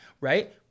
right